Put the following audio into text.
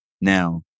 now